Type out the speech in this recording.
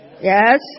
Yes